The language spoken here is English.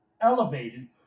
elevated